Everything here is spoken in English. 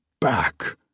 back